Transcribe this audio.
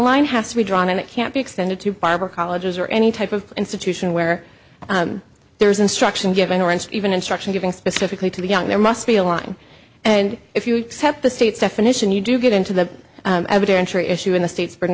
line has to be drawn and it can't be extended to barber colleges or any type of institution where there's instruction given or and even instruction given specifically to the young there must be a line and if you accept the state's definition you do get into the evidentiary issue in the state's burden